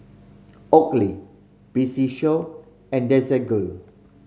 Oakley P C Show and Desigual